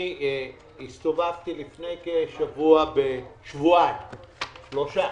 אני הסתובבתי לפני כשבועיים-שלושה